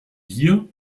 hier